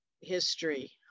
history